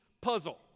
puzzle